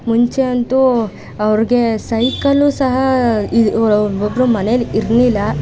ಮುಂಚೆಯಂತೂ ಅವ್ರಿಗೆ ಸೈಕಲ್ಲು ಸಹ ಇ ವ ಒಬ್ಬೊಬ್ಬರು ಮನೇಲಿ ಇರಲಿಲ್ಲ